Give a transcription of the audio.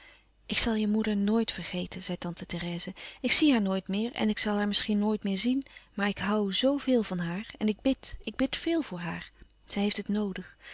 ik zal je moeder nooit vergeten zei tante therèse ik zie haar nooit meer en ik zal haar misschien nooit meer zien maar ik hoû zoo veel van haar en ik bid ik bid veel voor haar zij heeft het noodig